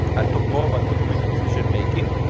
i'll talk more about automated decision-making.